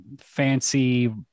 fancy